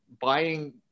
buying